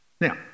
Now